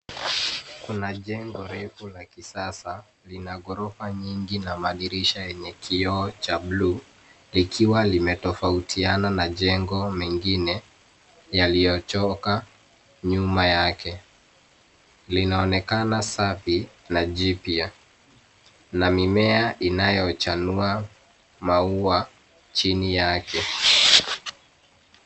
Kuna jengo jipya la kifahari, lina nguzo nyingi na madirisha yenye rangi ya buluu, jambo linalolifanya liwe tofauti na majengo mengine ya kale yaliyoko nyuma yake. Linaonekana safi na la kisasa, na chini yake kuna mimea yenye maua mazuri yanayopendeza macho.